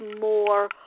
more